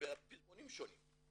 הפזמונים שונים.